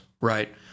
right